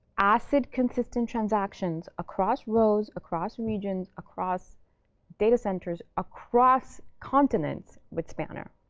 acid-consistent transactions across rows, across regions, across datacenters, across continents with spanner.